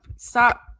Stop